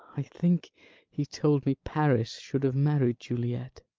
i think he told me paris should have married juliet